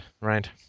right